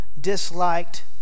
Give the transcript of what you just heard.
disliked